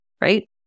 right